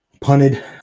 punted